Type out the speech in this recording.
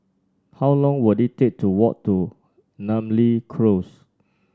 how long will it take to walk to Namly Close